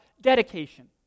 dedication